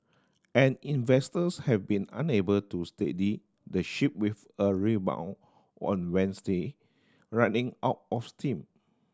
and investors have been unable to steady the ship with a rebound on Wednesday running out of steam